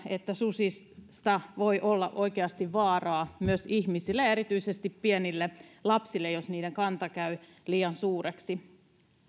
että susista voi olla oikeasti vaaraa myös ihmisille erityisesti pienille lapsille jos niiden kanta käy liian suureksi